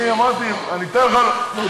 אני אמרתי, אני אתן לך להודיע.